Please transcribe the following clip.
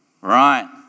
Right